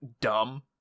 dumb